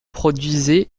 produisaient